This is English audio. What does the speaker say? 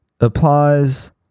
applies